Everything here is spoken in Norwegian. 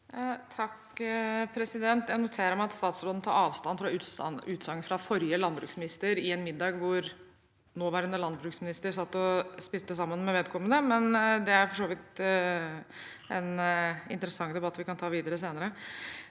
(H) Jeg noterer meg at statsråden tar avstand fra utsagn fra forrige landbruksminister i en middag hvor nåværende landbruksminister satt og spiste sammen med vedkommende, men det er for så vidt en interessant debatt vi kan ta videre senere.